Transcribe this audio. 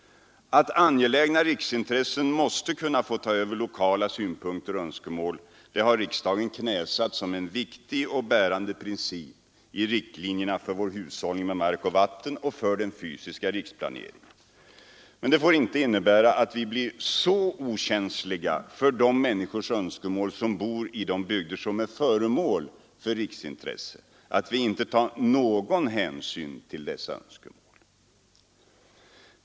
Att angelägna riksintressen måste kunna få ta över lokala synpunkter och önskemål har riksdagen knäsatt som en viktig och bärande princip i riktlinjerna för vår hushållning med mark och vatten och för den fysiska riksplaneringen. Men det får inte innebära att vi blir så okänsliga för de människors önskemål som bor i de bygder som är föremål för ett riksintresse att vi inte tar någon hänsyn till dessa önskemål.